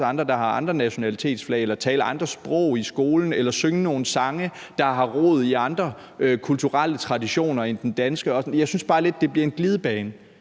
andre, der har andre nationalitetsflag. Eller hvorfor skal vi ikke tale andre sprog i skolen eller synge nogle sange, der har rod i andre kulturelle traditioner end den danske? Jeg synes bare lidt, det bliver en glidebane,